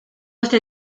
este